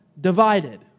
divided